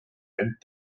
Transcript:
ent